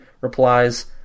replies